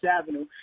Avenue